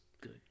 good